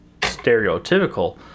stereotypical